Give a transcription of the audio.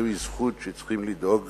וזוהי זכות שצריכים לדאוג